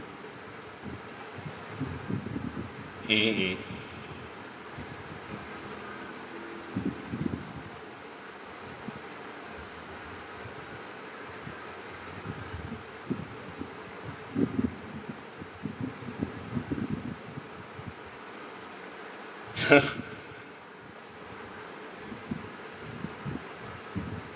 mm mm mm